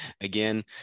Again